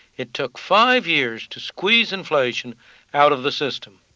it took five years to squeeze inflation out of the system.